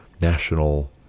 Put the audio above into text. national